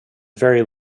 very